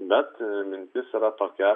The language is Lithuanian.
bet mintis yra tokia